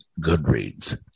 Goodreads